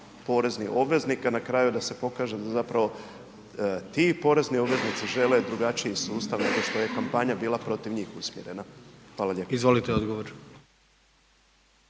poreznih obveznika, na kraju da se pokaže da zapravo ti porezni obveznici žele drugačiji sustav nego što je kampanja bila protiv njih usmjerena. Hvala lijepa. **Jandroković,